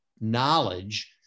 knowledge